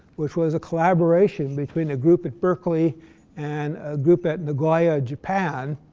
which was a collaboration between a group at berkeley and a group at nagoya, japan.